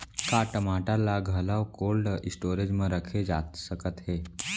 का टमाटर ला घलव कोल्ड स्टोरेज मा रखे जाथे सकत हे?